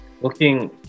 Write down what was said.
looking